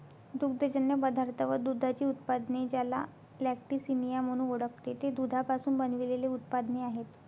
दुग्धजन्य पदार्थ व दुधाची उत्पादने, ज्याला लॅक्टिसिनिया म्हणून ओळखते, ते दुधापासून बनविलेले उत्पादने आहेत